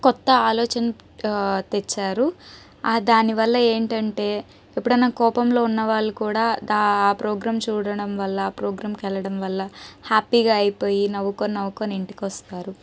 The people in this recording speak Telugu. కొత్త ఆలోచన తెచ్చారు దానివల్ల ఏంటంటే ఎప్పుడైనా కోపంలో ఉన్న వాళ్ళు కూడా ఆ ప్రోగ్రామ్ చూడడం వల్ల ఆ ప్రోగ్రాంకి వెళ్ళడం వల్ల హ్యాపీగా అయిపోయి నవ్వుకొని నవ్వుకొని ఇంటికి వస్తారు